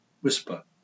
whisper